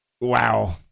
wow